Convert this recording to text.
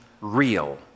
real